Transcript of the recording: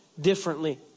differently